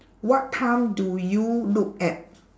what time do you look at